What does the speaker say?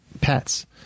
pets